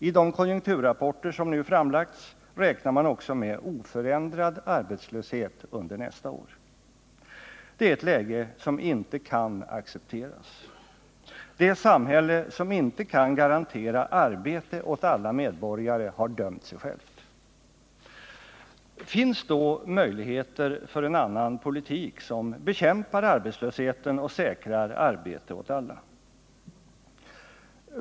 I de konjunkturrapporter som nu framlagts räknar man också med oförändrad arbetslöshet under nästa år. Det är ett läge som inte kan accepteras. Ett samhälle som inte kan garantera arbete åt alla medborgare har dömt sig självt. Finns då möjligheter för en annan politik som bekämpar arbetslösheten och säkrar arbete åt alla?